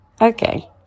Okay